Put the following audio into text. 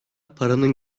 paranın